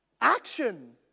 action